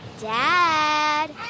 Dad